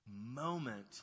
moment